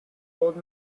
old